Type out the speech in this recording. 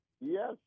Yes